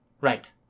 Right